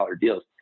deals